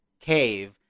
cave